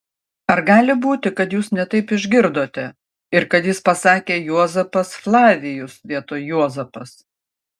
ar gali būti kad jūs ne taip išgirdote ir kad jis pasakė juozapas flavijus vietoj juozapas